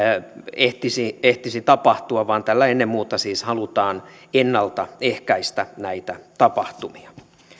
ehtisi ehtisi tapahtua vaan tällä ennen muuta siis halutaan ennalta ehkäistä näitä tapahtumia